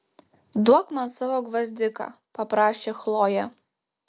duok man savo gvazdiką paprašė chlojė